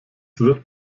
wird